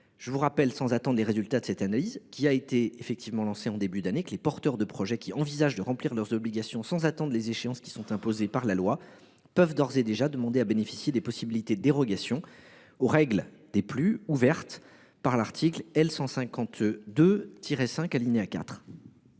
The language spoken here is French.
de l’article 40. Sans attendre les résultats de cette analyse, lancée en début d’année, je rappelle que les porteurs de projets qui envisagent de remplir leurs obligations sans attendre les échéances imposées par la loi peuvent d’ores et déjà demander à bénéficier des possibilités de dérogations aux règles des PLU ouvertes par l’article L. 152 5 alinéa 4.